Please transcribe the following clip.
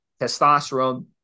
testosterone